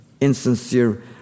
insincere